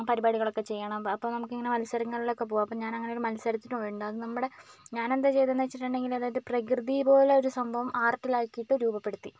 പരിപാടികളൊക്കെ ചെയ്യണം അപ്പോൾ നമുക്കിങ്ങനെ മത്സരങ്ങളിലൊക്കെ പോകാം അപ്പോൾ ഞാനങ്ങനെയൊരു മത്സരത്തിന് പോയിട്ടുണ്ട് അത് നമ്മുടെ ഞാനെന്താ ചെയ്തതെന്നു വെച്ചിട്ടുണ്ടെങ്കിൽ അതായത് പ്രകൃതിപോലെയൊരു സംഭവം ആർട്ടിലാക്കിയിട്ട് രൂപപ്പെടുത്തി